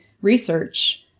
research